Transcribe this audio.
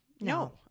No